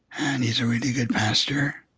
and he's a really good pastor.